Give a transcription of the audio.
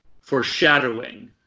foreshadowing